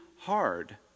hard